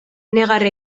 negar